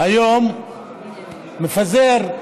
היום מפזר,